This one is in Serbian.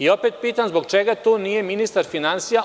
Opet pitam – zbog čega tu nije ministar finansija?